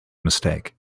mistake